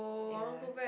ya